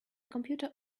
computer